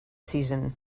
season